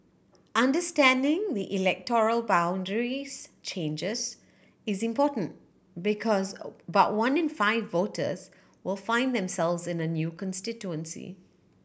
understanding the electoral boundaries changes is important because about one in five voters will find themselves in a new constituency